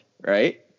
right